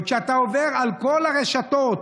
וכשאתה עובר על כל הרשתות,